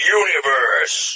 universe